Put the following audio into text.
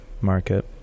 market